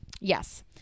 yes